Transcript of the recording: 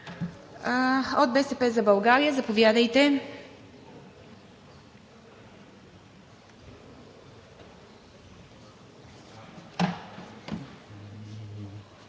От „БСП за България“ – заповядайте.